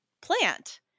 plant